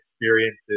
experiences